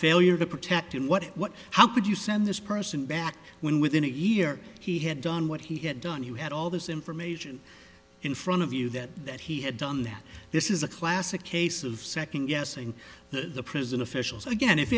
failure to protect him what what how could you send this person back when within a year he had done what he had done you had all this information in front of you that that he had done that this is a classic case of second guessing the prison officials again if